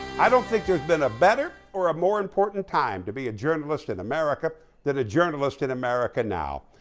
i don't think there's been a better or a more important time to be a journalist in america than a journalist in america now.